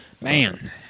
man